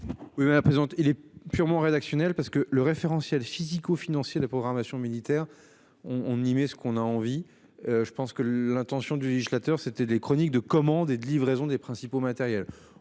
Oui mais la présente, il est purement rédactionnel parce que le référentiel physico-financier de programmation militaire on on y met ce qu'on a envie je pense que l'intention du législateur, c'était des chroniques de commandes et de livraisons des principaux.